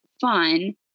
fun